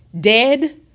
dead